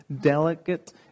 delicate